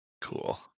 Cool